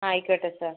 ആയിക്കോട്ടെ സർ